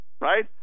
right